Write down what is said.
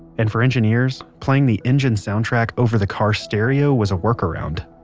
and for engineers, playing the engine soundtrack over the car stereo was a workaround